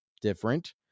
different